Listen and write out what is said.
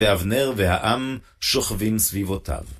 ואבנר והעם שוכבים סביבותיו.